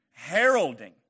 Heralding